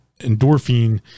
endorphine